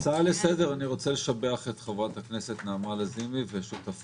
הצעה לסדר אני רוצה לשבח את חברת הכנסת נעמה לזימי ושותפיה,